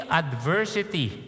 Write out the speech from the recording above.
adversity